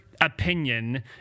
opinion